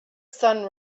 sun